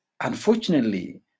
unfortunately